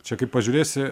čia kaip pažiūrėsi